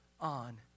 on